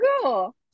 cool